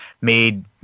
made